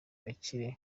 gakire